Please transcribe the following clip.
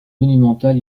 monumentale